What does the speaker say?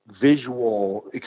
visual